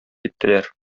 иттеләр